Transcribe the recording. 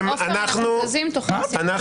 אנחנו